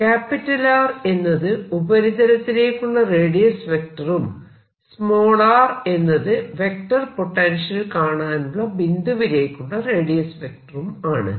R എന്നത് ഉപരിതലത്തിലേക്കുള്ള radius വെക്ടറും r എന്നത് വെക്റ്റർ പൊട്ടൻഷ്യൽ കാണാനുള്ള ബിന്ദുവിലേക്കുള്ള റേഡിയസ് വെക്ടറും ആണ്